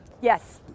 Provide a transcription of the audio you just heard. Yes